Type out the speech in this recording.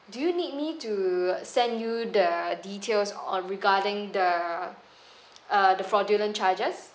do you need me to send you the details or regarding the uh the fraudulent charges